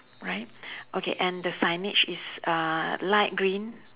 right okay and the signage is uh light green